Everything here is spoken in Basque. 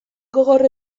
gogor